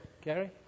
Gary